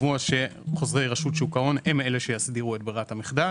קבוע שחוזרי רשות שוק ההון הם אלה שיסדירו את ברירת המחדל.